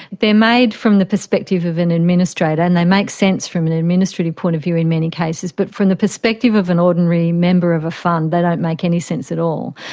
they are made from the perspective of an administrator and they make sense from an administrative point of view in many cases, but from the perspective of an ordinary member of a fund they don't make any sense at all.